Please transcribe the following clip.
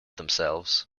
themselves